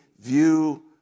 view